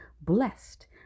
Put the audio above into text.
Blessed